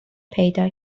پیدا